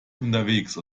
unterwegs